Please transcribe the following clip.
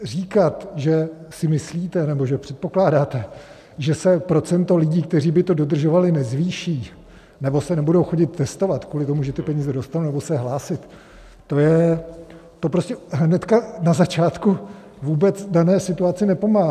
Říkat, že si myslíte nebo že předpokládáte, že se procento lidí, kteří by to dodržovali, nezvýší, nebo se nebudou chodit testovat kvůli tomu, že ty peníze dostanou, nebo se hlásit, to hnedka na začátku vůbec v dané situaci nepomáhá.